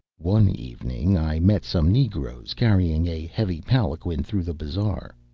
one evening i met some negroes carrying a heavy palanquin through the bazaar.